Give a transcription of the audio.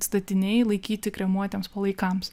statiniai laikyti kremuotiems palaikams